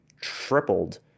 tripled